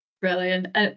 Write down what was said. Brilliant